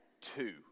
two